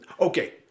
okay